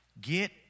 Get